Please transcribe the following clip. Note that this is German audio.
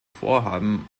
vorhaben